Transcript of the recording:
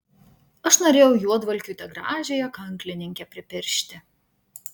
aš norėjau juodvalkiui tą gražiąją kanklininkę pripiršti